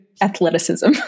athleticism